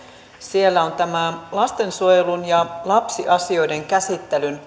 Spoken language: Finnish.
on lastensuojelun ja lapsiasioiden käsittelyn